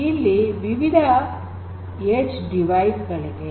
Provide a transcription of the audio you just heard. ಇಲ್ಲಿ ವಿವಿಧ edge device ಗಳಿವೆ